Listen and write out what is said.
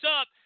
up